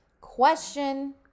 question